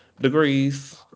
degrees